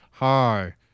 Hi